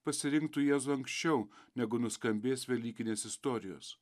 pasirinktų jėzų anksčiau negu nuskambės velykinės istorijos